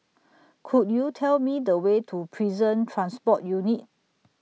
Could YOU Tell Me The Way to Prison Transport Unit